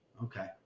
Okay